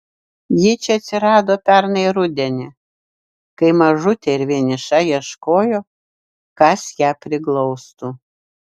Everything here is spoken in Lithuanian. ji čia atsirado pernai rudenį kai mažutė ir vieniša ieškojo kas ją priglaustų